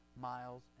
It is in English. miles